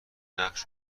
نقش